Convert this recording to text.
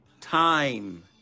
time